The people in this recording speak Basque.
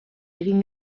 egin